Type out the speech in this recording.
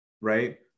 right